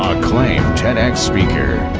acclaimed tedx speaker.